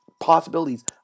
possibilities